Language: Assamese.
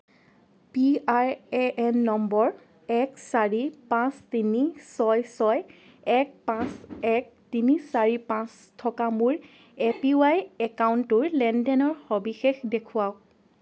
P R A N number এক চাৰি পাঁচ তিনি ছয় ছয় এক পাঁচ এক তিনি চাৰি পাঁচ থকা মোৰ এ পি ৱাই একাউণ্টটোৰ লেনদেনৰ সবিশেষ দেখুৱাওক